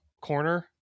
corner